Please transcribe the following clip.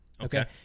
okay